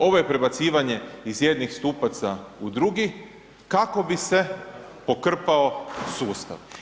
Ovo je prebacivanje iz jednih stupaca u drugi kako bi se pokrpao sustav.